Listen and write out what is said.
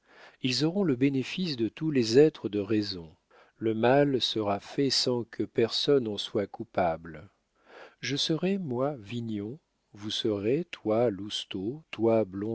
ils auront le bénéfice de tous les êtres de raison le mal sera fait sans que personne en soit coupable je serai moi vignon vous serez toi